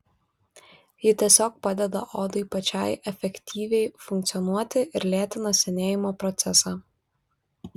ji tiesiog padeda odai pačiai efektyviai funkcionuoti ir lėtina senėjimo procesą